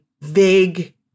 vague